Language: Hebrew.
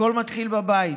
הכול מתחיל בבית.